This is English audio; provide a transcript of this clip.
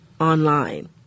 online